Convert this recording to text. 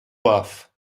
buff